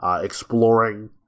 exploring